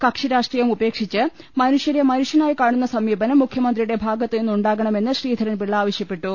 കക്ഷി രാഷ്ട്രീയം ഉപേക്ഷിച്ച് മനുഷ്യരെ മനുഷ്യനായി കാണുന്ന സമീ പനം മുഖ്യമന്ത്രിയുടെ ഭാഗത്തുനിന്നുണ്ടാകണമെന്ന് ശ്രീധ രൻപിള്ള ആവശ്യപ്പെട്ടു